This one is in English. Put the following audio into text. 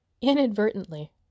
inadvertently